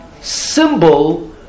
symbol